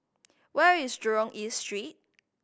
where is Jurong East Street